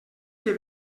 que